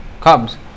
cubs